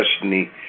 Destiny